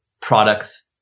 products